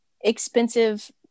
expensive